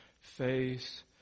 face